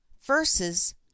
verses